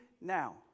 now